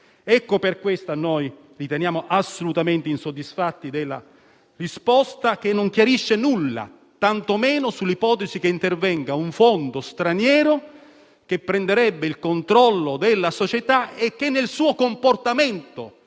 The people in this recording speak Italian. oggi. Per questo noi ci riteniamo assolutamente insoddisfatti della risposta, che non chiarisce nulla, tantomeno sull'ipotesi che intervenga un fondo straniero che prenderebbe il controllo della società, e che nel suo comportamento